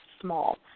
small